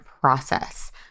process